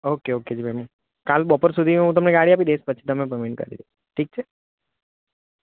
okay okay જી ma'am કાલ બપોર સુધી હું તમને ગાડી આપી દઈશ પછી તમે પેમેન્ટ કરી દેજો ઠીક છે